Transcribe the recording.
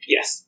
Yes